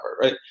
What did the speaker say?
right